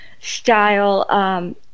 style